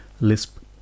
LISP